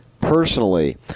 personally